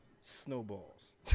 snowballs